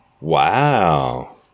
Wow